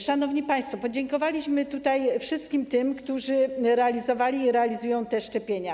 Szanowni państwo, podziękowaliśmy tutaj wszystkim tym, którzy realizowali i realizują te szczepienia.